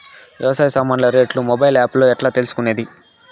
వ్యవసాయ సామాన్లు రేట్లు మొబైల్ ఆప్ లో ఎట్లా తెలుసుకునేది?